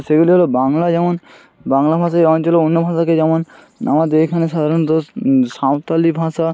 সেগুলি হলো বাংলা যেমন বাংলা ভাষা এই অঞ্চলে অন্য ভাষাকে যেমন আমাদের এখানে সাধারণত স্ সাঁওতালি ভাষা